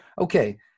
Okay